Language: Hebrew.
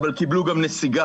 אבל קיבלו גם נסיגה,